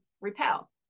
repel